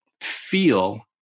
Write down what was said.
feel